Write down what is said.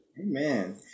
Amen